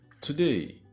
Today